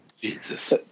Jesus